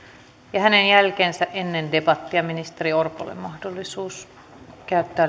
ja hänen jälkeensä ennen debattia ministeri orpolle mahdollisuus käyttää